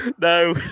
No